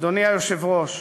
אדוני היושב-ראש,